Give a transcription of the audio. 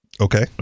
Okay